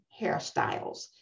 hairstyles